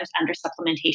under-supplementation